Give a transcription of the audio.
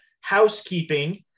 housekeeping